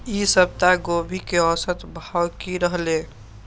ई सप्ताह गोभी के औसत भाव की रहले?